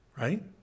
Right